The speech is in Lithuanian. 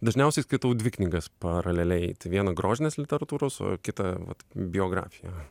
dažniausiai skaitau dvi knygas paraleliai vieną grožinės literatūros o jau kitą vat biografiją